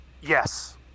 Yes